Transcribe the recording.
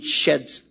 sheds